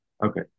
Okay